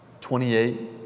28